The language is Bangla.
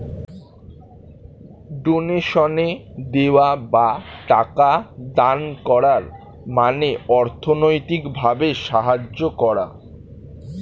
ডোনেশনে দেওয়া বা টাকা দান করার মানে অর্থনৈতিক ভাবে সাহায্য করা